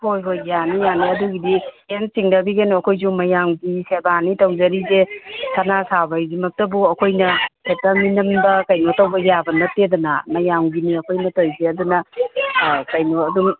ꯍꯣꯏ ꯍꯣꯏ ꯌꯥꯅꯤ ꯌꯥꯅꯤ ꯑꯗꯨꯒꯤꯗꯤ ꯀꯦꯝ ꯆꯤꯡꯅꯕꯤꯒꯅꯨ ꯑꯩꯈꯣꯏꯁꯨ ꯃꯌꯥꯝꯒꯤ ꯁꯦꯕꯅꯤ ꯇꯧꯖꯔꯤꯁꯦ ꯁꯥꯅꯥ ꯁꯥꯕ ꯑꯩꯈꯣꯏꯅ ꯍꯦꯛꯇ ꯃꯤꯅꯝꯕ ꯀꯩꯅꯣ ꯇꯧꯕ ꯌꯥꯕ ꯅꯠꯇꯦꯗꯅ ꯃꯌꯥꯝꯒꯤꯅꯤ ꯑꯩꯈꯣꯏꯅ ꯇꯧꯔꯤꯁꯦ ꯑꯗꯨꯅ ꯀꯩꯅꯣ ꯑꯗꯨꯝ